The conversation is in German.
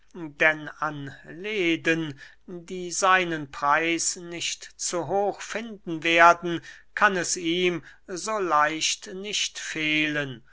denn an leden die seinen preis nicht zu hoch finden werden kann es ihm so leicht nicht fehlen